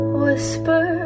whisper